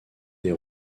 des